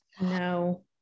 no